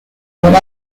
ایراد